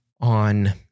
on